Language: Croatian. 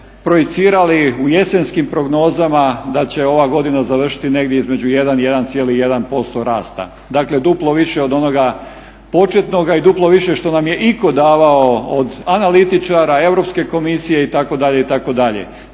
projicirali u jesenskim prognozama, da će ova godina završiti negdje između 1, 1,1% rasta dakle duplo više od onoga početnoga i duplo više što nam je iko davao od analitičara, Europske komisije itd.,